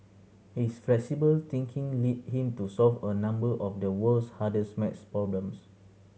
his flexible thinking lead him to solve a number of the world's hardest maths problems